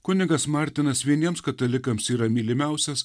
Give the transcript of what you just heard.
kunigas martinas vieniems katalikams yra mylimiausias